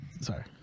sorry